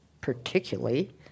particularly